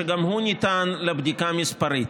שגם הוא ניתן לבדיקה מספרית.